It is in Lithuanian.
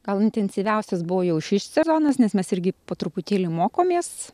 gal intensyviausias buvo jau šis sezonas nes mes irgi po truputėlį mokomės